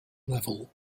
level